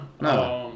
no